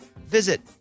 visit